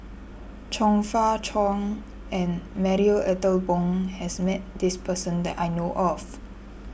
Chong Fah Cheong and Marie Ethel Bong has met this person that I know of